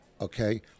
Okay